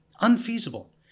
unfeasible